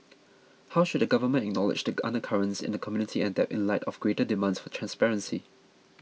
how should the government acknowledge take undercurrents in the community and adapt in light of greater demands for transparency